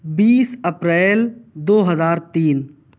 بیس April دو ہزار تین